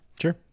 Sure